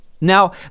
Now